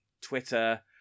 twitter